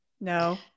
No